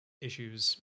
issues